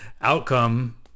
outcome